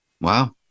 Wow